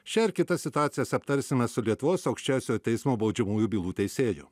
šią ir kitas situacijas aptarsime su lietuvos aukščiausiojo teismo baudžiamųjų bylų teisėju